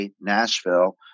Nashville